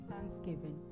thanksgiving